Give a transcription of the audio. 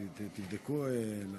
תבדקו.